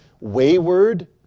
wayward